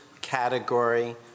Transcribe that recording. category